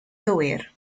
gywir